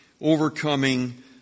overcoming